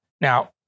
now